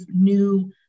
new